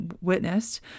witnessed